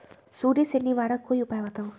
सुडी से निवारक कोई उपाय बताऊँ?